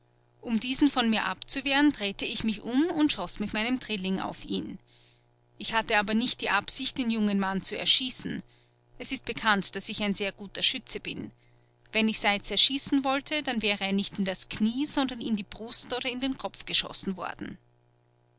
um diesen von mir abzuwehren drehte ich mich um und schoß mit meinem drilling auf ihn ich hatte aber nicht die absicht den jungen mann zu erschießen es ist bekannt daß ich ein sehr guter schütze bin wenn ich seitz erschießen wollte dann wäre er nicht in das knie sondern in die brust oder in den kopf geschossen worden